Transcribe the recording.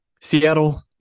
seattle